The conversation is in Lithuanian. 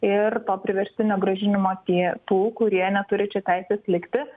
ir to priverstinio grąžinimo tie tų kurie neturi čia teisės likti